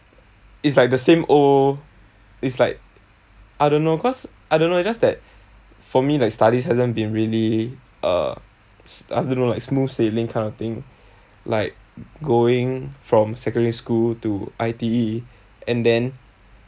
it's like the same old it's like I don't know cause I don't know it's just that for me like studies hasn't been really uh I don't know like smooth sailing kind of thing like going from secondary school to I_T_E and then